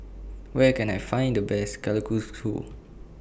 Where Can I Find The Best Kalguksu